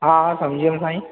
हा हा समुझी वियुमि साईं